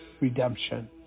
redemption